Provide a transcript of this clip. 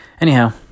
anyhow